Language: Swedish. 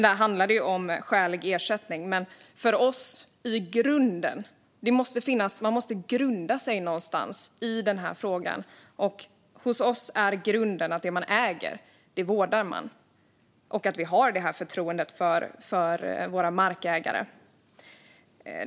Där handlar det om skälig ersättning. Men man måste grunda sig någonstans i den här frågan. Hos oss är grunden att det man äger vårdar man och att vi har förtroende för våra markägare.